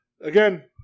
Again